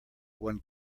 one